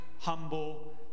humble